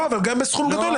גם בסכום גדול,